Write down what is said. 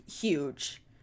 huge